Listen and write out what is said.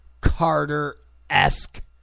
Carter-esque